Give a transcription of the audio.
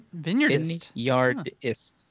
Vineyardist